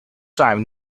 time